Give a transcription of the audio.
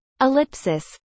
ellipsis